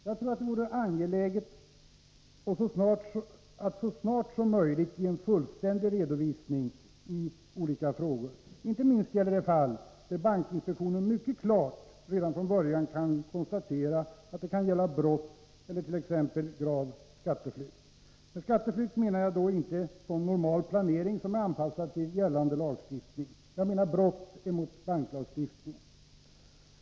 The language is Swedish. Jag tror att det vore angeläget att så snart som möjligt ge en fullständig redovisning i olika frågor, inte minst när det gäller de fall där bankinspektionen mycket klart kan konstatera redan från början att det gäller brott eller t.ex. grav skatteflykt. Med skatteflykt menar jag då inte sådan normal planering som är anpassad till gällande lagstiftning utan brott emot banklagstiftningen.